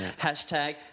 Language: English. Hashtag